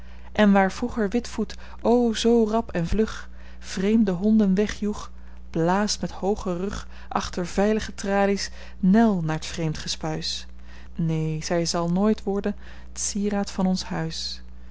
en waar vroeger witvoet o zoo rap en vlug vreemde honden wegjoeg blaast met hoogen rug achter veil'ge tralies nel naar t vreemd gespuis neen zij zal nooit worden t sieraad van ons huis